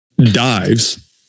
dives